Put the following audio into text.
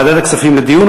לוועדת הכספים לדיון.